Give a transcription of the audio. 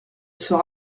sort